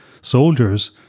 soldiers